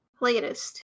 Latest